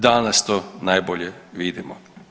Danas to najbolje vidimo.